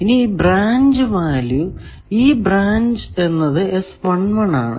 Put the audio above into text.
ഇനി branch value ഈ branch എന്നത് ആണ്